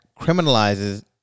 criminalizes